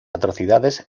atrocidades